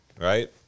right